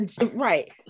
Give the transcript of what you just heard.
right